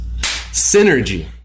Synergy